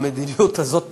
המדיניות הזאת נשמרת,